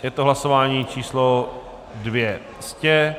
Je to hlasování číslo 200.